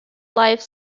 life